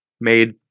made